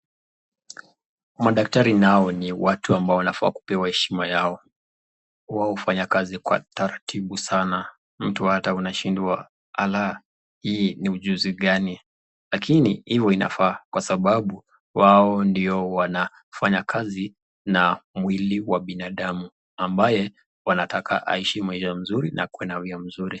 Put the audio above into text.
Madaktari nao ni watu ambao wanafaa kupewa heshima yao, wao hufanya kazi yao kwa utaratibu sana mtu ata unashindwa alaa! hii ni ujuzi gani. Lakini hivyo inafaa kwa sababu wao ndio wanafanya kazi na mwili wa binadamu ambaye wanataka aishi maisha mzuri na akuwe na wima mzuri.